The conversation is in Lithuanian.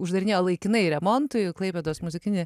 uždarinėjo laikinai remontui klaipėdos muzikinį